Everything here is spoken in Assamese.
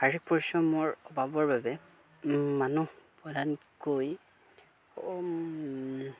শাৰীৰিক পৰিশ্ৰমৰ অভাৱৰ বাবে মানুহ প্ৰধানকৈ